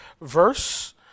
verse